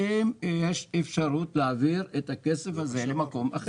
האם יש אפשרות להעביר את הכסף הזה למקום אחר?